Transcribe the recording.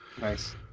Nice